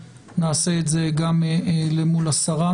נעשה את זה גם אל מול שרת הפנים.